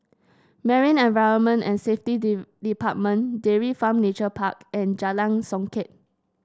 Marine Environment and Safety Department Dairy Farm Nature Park and Jalan Songket